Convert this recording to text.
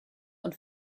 und